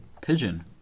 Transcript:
Pigeon